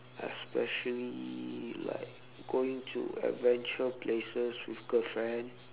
especially like going to adventure places with girlfriend